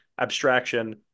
abstraction